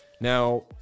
Now